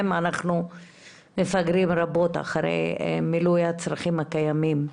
שאנחנו מפגרים רבות אחרי מילוי הצרכים הקיימים.